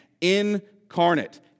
Incarnate